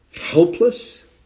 helpless